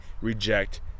reject